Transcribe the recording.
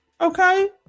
Okay